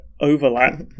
overlap